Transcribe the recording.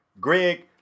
Greg